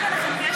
יש ביניכם קשר?